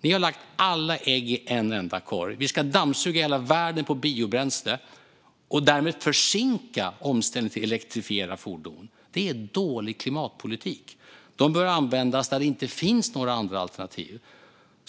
Ni har lagt alla ägg i en enda korg: Vi ska dammsuga hela världen på biobränsle - och därmed försinka omställningen till elektrifierade fordon. Det är dålig klimatpolitik. De bör användas där det inte finns några andra alternativ.